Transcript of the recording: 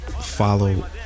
follow